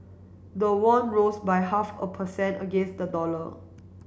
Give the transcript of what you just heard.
the won rose by half a per cent against the dollar